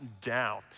down